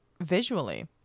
visually